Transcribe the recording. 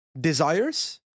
desires